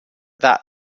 that